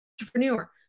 entrepreneur